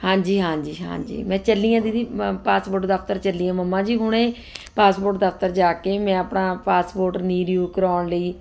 ਹਾਂਜੀ ਹਾਂਜੀ ਹਾਂਜੀ ਮੈਂ ਚੱਲੀ ਹਾਂ ਦੀਦੀ ਪਾਸਪੋਰਟ ਦਫ਼ਤਰ ਚੱਲੀ ਹਾਂ ਮੰਮਾ ਜੀ ਹੁਣ ਪਾਸਪੋਰਟ ਦਫ਼ਤਰ ਜਾ ਕੇ ਮੈਂ ਆਪਣਾ ਪਾਸਪੋਰਟ ਨੀਰਿਊ ਕਰਵਾਉਣ ਲਈ